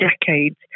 decades